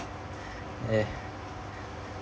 eh